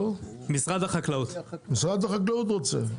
משרד החקלאות רוצה.